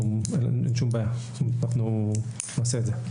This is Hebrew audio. אין שום בעיה ונעשה את זה.